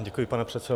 Děkuji, pane předsedo.